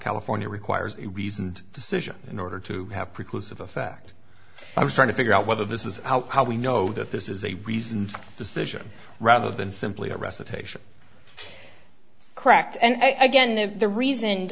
california requires a reasoned decision in order to have precludes of effect i was trying to figure out whether this is how we know that this is a reasoned decision rather than simply a recitation correct and i get the the reason